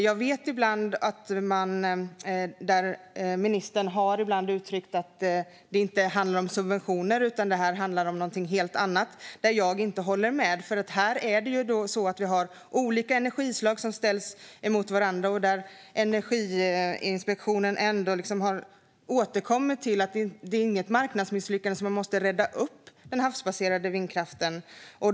Jag vet att ministern ibland har uttryckt att det inte handlar om subventioner utan om någonting helt annat, men jag håller inte med. Här har vi olika energislag som ställs mot varandra, och Energiinspektionen har återkommit till att det inte är ett marknadsmisslyckande så att man måste rädda den havsbaserade vindkraften.